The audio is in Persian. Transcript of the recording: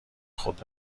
خود